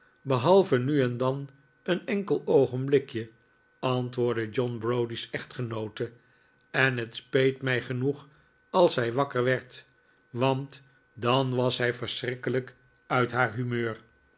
behalve nu en dan een enkel oogenblikje antwoordde john browdie's echtgenoote en het speet mij genoeg als zij wakker werd want dan was zij verschrikkelijk uit haar huirieur